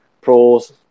pros